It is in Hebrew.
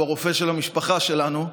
הוא הרופא של המשפחה שלנו,